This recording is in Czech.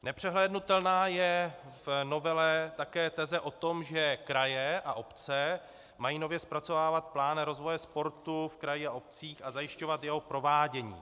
Nepřehlédnutelná je v novele také teze o tom, že kraje a obce mají nově zpracovávat plán rozvoje sportu a kraji a obcích a zajišťovat jeho provádění.